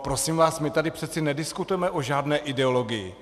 Prosím vás, my tady přece nediskutujeme o žádné ideologii.